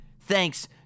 thanks